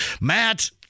Matt